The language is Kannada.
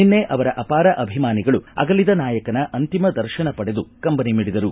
ನಿನ್ನೆ ಅವರ ಅಪಾರ ಅಭಿಮಾನಿಗಳು ಅಗಲಿದ ನಾಯಕನ ಅಂತಿಮ ದರ್ಶನ ಪಡೆದು ಕಂಬನಿ ಮಿಡಿದರು